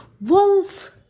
Wolf